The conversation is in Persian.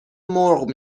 مرغ